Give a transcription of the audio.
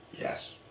yes